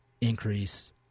increase